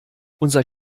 unser